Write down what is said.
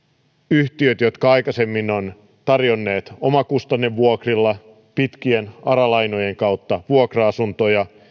yhtiöt jotka aikaisemmin ovat tarjonneet omakustannevuokrilla pitkien ara lainojen kautta vuokra asuntoja ovat